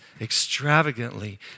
extravagantly